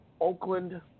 Oakland